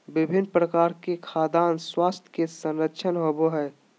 विभिन्न प्रकार के खाद्यान स्वास्थ्य के संरक्षण होबय हइ